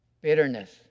bitterness